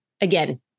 again